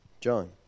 John